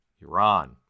Iran